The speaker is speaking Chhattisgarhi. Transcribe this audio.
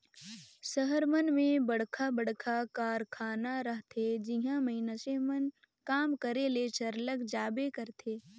सहर मन में बड़खा बड़खा कारखाना रहथे जिहां मइनसे मन काम करे ले सरलग जाबे करथे